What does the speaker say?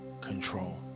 control